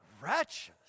wretches